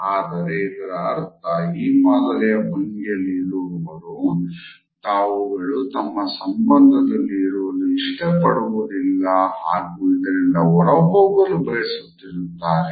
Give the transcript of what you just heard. ಆದರೆ ಇದರ ಅರ್ಥ ಈ ಮಾದರಿಯ ಭಂಗಿಯಲ್ಲಿ ಇರುವವವರು ತಾವುಗಳು ತಮ್ಮ ಸಂದಭದಲ್ಲಿ ಇರಲು ಇಷ್ಟ ಪಡುವುದಿಲ್ಲ ಹಾಗು ಅದರಿಂದ ಹೊರಹೋಗಲು ಬಯಸುತ್ತಿರುತ್ತಾರೆ